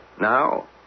Now